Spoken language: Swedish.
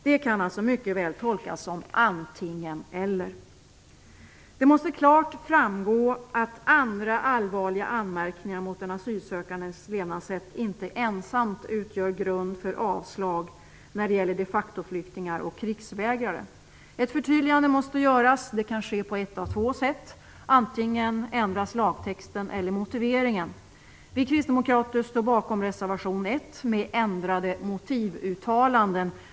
Det kan alltså mycket väl tolkas som antingen-eller. Det måste klart framgå att andra allvarliga anmärkningar mot den asylsökandes levnadssätt inte ensamma utgör grund för avslag när det gäller de facto-flyktingar och krigsvägrare. Ett förtydligande måste göras. Det kan ske på ett av två sätt: Antingen ändras lagtexten eller motiveringen. Vi kristdemokrater står bakom reservation 1 med ändrade motivuttalanden.